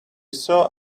saw